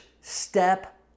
step